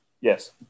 Yes